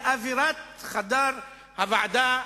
באווירת חדר הוועדה,